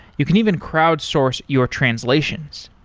you can even crowd source your translations.